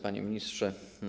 Panie Ministrze!